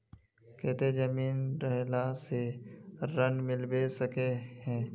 केते जमीन रहला से ऋण मिलबे सके है?